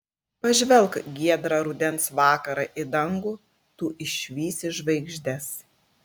pažvelk giedrą rudens vakarą į dangų tu išvysi žvaigždes